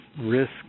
risk